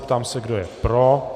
Ptám se, kdo je pro.